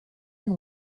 and